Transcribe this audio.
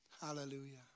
Hallelujah